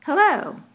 Hello